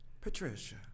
Patricia